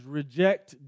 reject